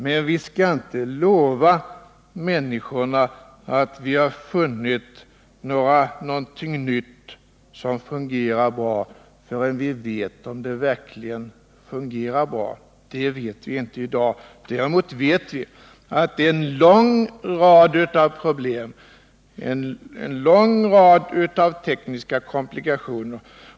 Men vi skall inte lova människorna att vi har funnit något nytt som fungerar bra, förrän vi vet att det verkligen gör det. Det vet vi inte i dag när det gäller produktionsfaktorsbeskattningen. Däremot vet vi att det finns en lång rad av problem och en lång rad av tekniska komplikationer.